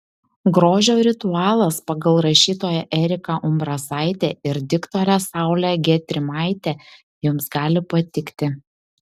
grožio ritualas pagal rašytoją eriką umbrasaitę ir diktorę saulę gedrimaitę jums gali patikti